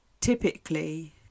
typically